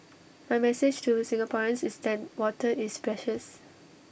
my message to Singaporeans is that water is precious